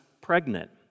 pregnant